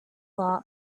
law